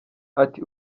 ati